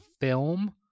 film